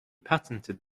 patented